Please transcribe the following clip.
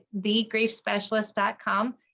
thegriefspecialist.com